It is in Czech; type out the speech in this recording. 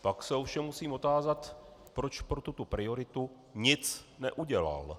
Pak se ovšem musím otázat, proč pro tuto prioritu nic neudělal.